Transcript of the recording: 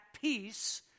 peace